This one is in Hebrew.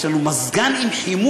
יש לנו מזגן עם חימום,